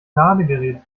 ladegerät